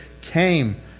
came